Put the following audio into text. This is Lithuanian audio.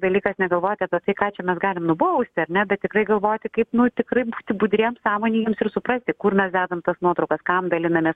dalykas negalvot apie tai ką mes čia galim nubausti ar ne bet tikrai galvoti kaip nu tikrai būti budriems sąmoningiems ir suprasti kur mes dedam tas nuotraukas kam dalinamės